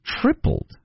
tripled